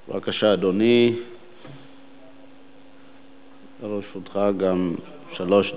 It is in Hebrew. אדוני, בבקשה, לרשותך שלוש דקות.